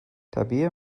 tabea